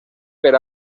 per